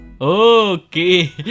Okay